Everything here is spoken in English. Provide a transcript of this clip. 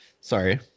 Sorry